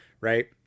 right